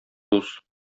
дус